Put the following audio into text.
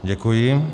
Děkuji.